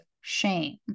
shame